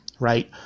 right